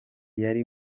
yari